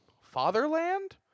fatherland